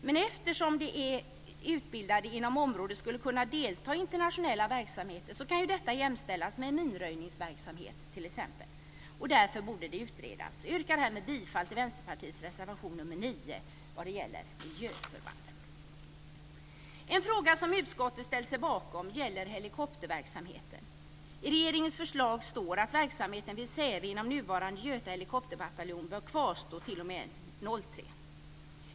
Men eftersom de som är utbildade inom området skulle kunna delta i internationella verksamheter kan detta jämställas med t.ex. minröjningsverksamheten. Därför borde detta utredas. Jag yrkar härmed bifall till Vänsterpartiets reservation 9 vad gäller miljöförband. En fråga som utskottet ställt sig bakom gäller helikopterverksamheten. I regeringens förslag står det att verksamhetsdelen vid Säve inom nuvarande Göta helikopterbataljon bör kvarstå t.o.m. 2003.